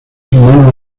humanos